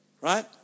Right